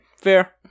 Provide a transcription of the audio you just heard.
Fair